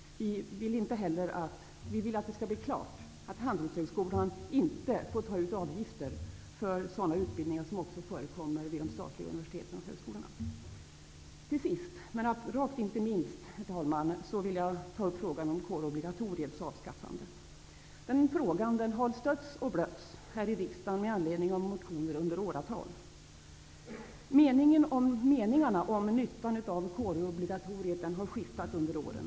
Vi vill att det skall bli klart att Handelshögskolan inte får ta ut avgifter för sådana utbildningar som förekommer vid statliga universitet och högskolor. Till sist men rakt inte minst, herr talman, vill jag ta upp frågan om kårobligatoriets avskaffande. Den frågan har stötts och blötts här i riksdagen med anledning av motioner under åratal. Meningarna om nyttan av kårobligatoriet har skiftat under åren.